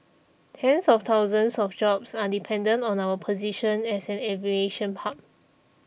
tens of thousands of jobs are dependent on our position as an aviation hub